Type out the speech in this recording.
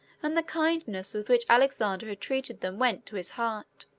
and the kindness with which alexander had treated them went to his heart.